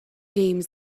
games